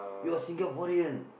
you are Singaporean